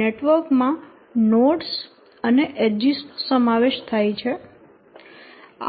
network માં nodes અને edges નો સમાવેશ થાય છે